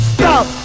Stop